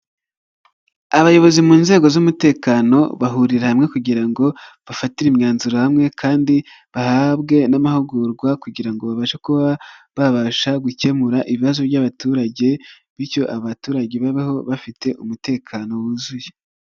Abayobozi mu nzego z'umutekano, bahurira hamwe kugira ngo bafatire imyanzuro hamwe kandi bahabwe n'amahugurwa, kugira ngo babashe kuba babasha gukemura ibibazo by'abaturage, bityo abaturage babaho bafite umutekano wuzuye.